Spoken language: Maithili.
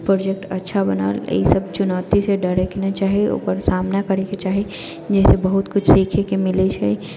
प्रोजेक्ट अच्छा बनल अय सभ चुनौतीसँ डरैके नहि चाही ओकर सामना करैके चाही जाहिसँ बहुत किछु सिखैके मिलै छै